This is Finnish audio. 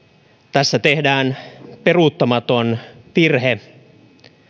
tässä tehdään peruuttamaton virhe